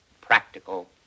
practical